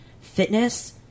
fitness